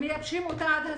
מייבשים אותה עד הסוף.